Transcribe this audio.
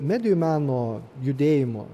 medijų meno judėjimo